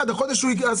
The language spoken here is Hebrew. דחייה של חודש זה כלום.